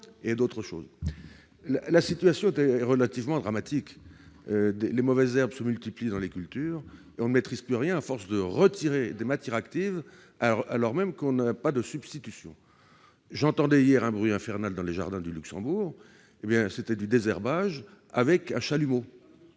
en la matière ! La situation est relativement dramatique. Les mauvaises herbes se multiplient dans les cultures et l'on ne maîtrise plus rien à force de retirer des matières actives en l'absence de moyens de substitution. J'entendais hier un bruit infernal dans le jardin du Luxembourg, où l'on désherbait au chalumeau,